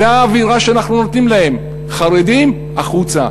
זו האווירה שאנחנו נותנים להם: חרדים, החוצה.